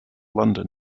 london